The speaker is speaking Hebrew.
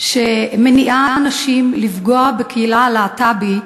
שמניעה אנשים לפגוע בקהילה הלהט"בית